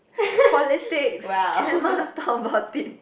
politics cannot talk about it